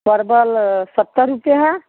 परवल सत्तर रुपये है